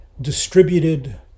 distributed